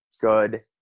Good